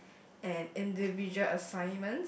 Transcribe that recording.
and individual assignment